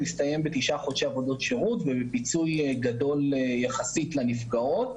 הוא הסתיים בתשעה חודשי עבודות שירות ובפיצוי גדול יחסית לנפגעות,